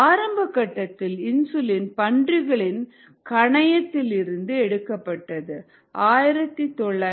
ஆரம்பகட்டத்தில் insulin பன்றிகளின் கணையத்தில் இருந்து எடுக்கப்பட்டது